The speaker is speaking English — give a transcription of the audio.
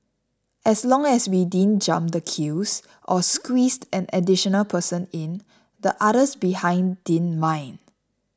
as long as we didn't jump the queues or squeezed an additional person in the others behind didn't mind